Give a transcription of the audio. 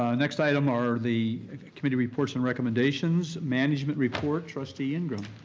next item are the committee reports and recommendations. management report, trustee ingram.